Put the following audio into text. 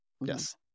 Yes